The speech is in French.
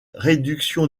réduction